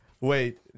wait